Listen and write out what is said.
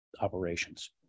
operations